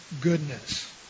goodness